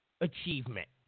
achievement